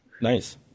Nice